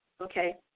Okay